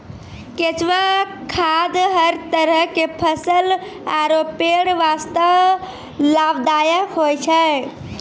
केंचुआ खाद हर तरह के फसल आरो पेड़ वास्तॅ लाभदायक होय छै